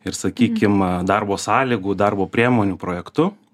ir sakykim a darbo sąlygų darbo priemonių projektu